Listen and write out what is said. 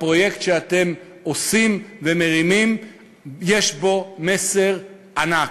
בפרויקט שאתם עושים ומרימים יש מסר ענק.